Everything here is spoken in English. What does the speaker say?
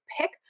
pick